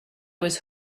was